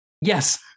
Yes